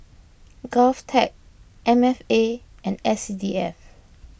Govtech M F A and S C D F